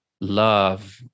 love